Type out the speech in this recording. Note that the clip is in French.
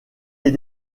les